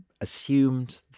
assumed